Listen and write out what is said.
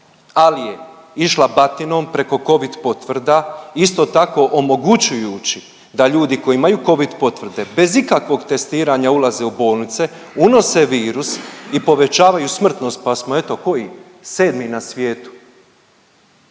Ali je išla batinom preko Covid potvrda isto tako omogućujući da ljudi koji imaju Covid potvrde bez ikakvog testiranja ulaze u bolnice, unose virus i povećavaju smrtnost, pa smo eto, koji, 7. na svijetu